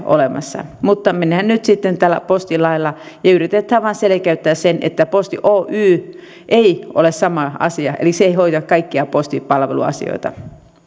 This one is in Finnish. olemassa mutta mennään nyt sitten tällä postilailla ja yritetään vain selkeyttää se että posti oy ei ole sama asia eli se ei hoida kaikkia postipalveluasioita